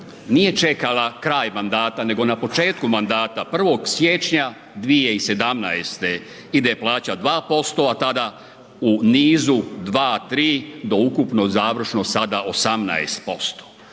nije čekala kraj mandata nego na početku mandata 1. siječnja 2017. ide plaća 2%, a tada u niz 2, 3 do ukupno završno sada 18%,